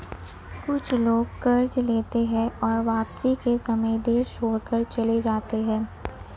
कुछ लोग कर्ज लेते हैं और वापसी के समय देश छोड़कर चले जाते हैं